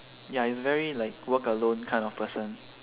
ya he is very like work alone kind of person